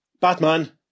Batman